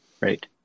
right